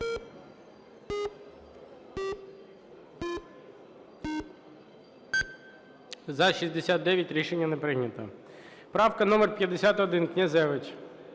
За-69 Рішення не прийнято. Правка номер 51, Князевич.